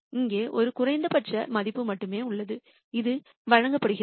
இங்கே ஒரு குறைந்தபட்சம் மட்டுமே உள்ளது இது வழங்கப்படுகிறது